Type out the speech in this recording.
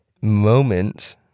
moment